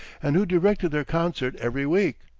and who directed their concert every week.